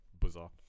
bizarre